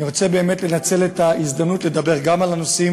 אני רוצה באמת לנצל את ההזדמנות לדבר גם על הנושאים